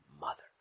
mother